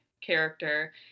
character